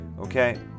Okay